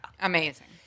Amazing